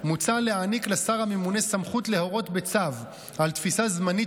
מוצע להעניק לשר הממונה סמכות להורות בצו על תפיסה זמנית